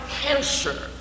cancer